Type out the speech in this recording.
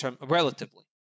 relatively